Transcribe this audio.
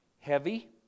Heavy